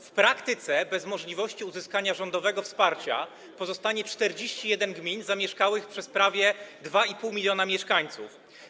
W praktyce bez możliwości uzyskania rządowego wsparcia pozostanie 41 gmin zamieszkanych przez prawie 2,5 mln mieszkańców.